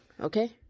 okay